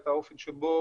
את האופן בו